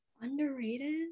Underrated